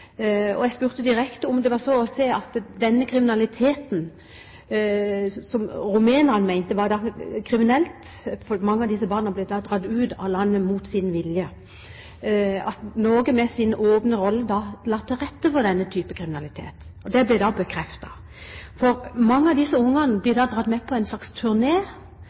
lovlig. Jeg spurte direkte om det var slik at denne virksomheten, som rumenerne mente var kriminell fordi mange av disse barna ble dradd ut av landet mot sin vilje, la Norge med sin åpne rolle til rette for. Det ble da bekreftet. Mange av disse barna blir dradd med på en slags